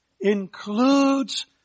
Includes